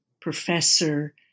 professor